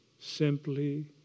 simply